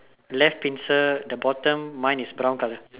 left pincer the bottom mine is brown colour